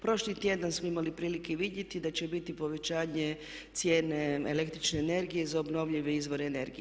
Prošli tjedan smo imali prilike i vidjeti da će biti povećanje cijene električne energije za obnovljive izvore energije.